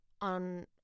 on